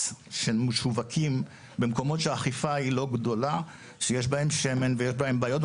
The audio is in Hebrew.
שהם משווקים במקומות האכיפה היא לא גדולה ויש בהם שמן ויש בהם בעיות.